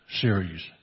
series